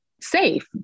safe